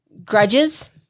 Grudges